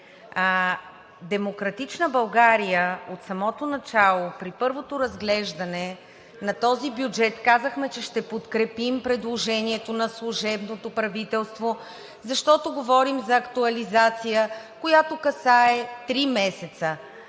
„Демократична България“ от самото начало, при първото разглеждане на този бюджет, казахме, че ще подкрепим предложението на служебното правителство, защото говорим за актуализация, която касае три месеца.